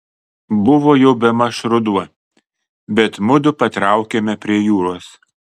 buvo jau bemaž ruduo bet mudu patraukėme prie jūros